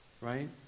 Right